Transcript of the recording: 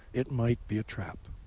it might be a trap,